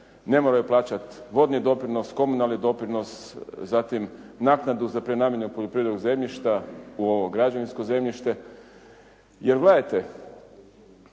ne moraju plaćati vodni doprinos, komunalni doprinos, zatim naknadu za prenamjenu poljoprivrednog zemljišta u ovo građevinsko zemljište. Jer gledajte,